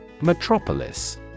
Metropolis